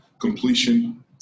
completion